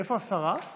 איפה השרה?